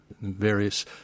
various